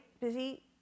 busy